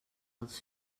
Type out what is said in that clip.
els